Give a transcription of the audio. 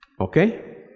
okay